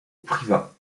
privas